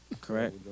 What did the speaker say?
Correct